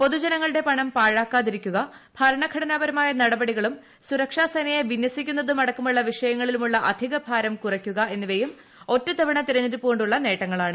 പൊതുജനങ്ങളുടെ പണം പാഴാക്കാതിരിക്കുക ഭരണഘടനാപരമായ നടപടികളും സുരക്ഷാ സേനയെ വിന്യസിക്കുന്നതുമടക്കമുള്ള വിഷയങ്ങളിലുമുള്ള അധിക ഭാരം കുറയ്ക്കുക എന്നിവയും ഒറ്റത്തവണ തെരെഞ്ഞെടുപ്പ് കൊ ുള്ള നേട്ടങ്ങളാണ്